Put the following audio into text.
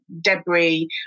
debris